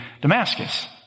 Damascus